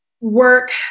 work